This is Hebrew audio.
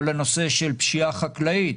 כל הנושא של פשיעה חקלאית,